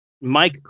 Mike